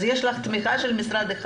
אז יש לך תמיכה של משרד אחד.